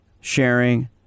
sharing